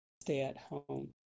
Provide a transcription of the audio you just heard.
stay-at-home